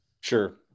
Sure